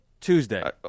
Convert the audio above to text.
Tuesday